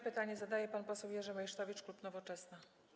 Pytanie zadaje pan poseł Jerzy Meysztowicz, klub Nowoczesna.